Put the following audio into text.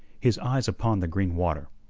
his eyes upon the green water.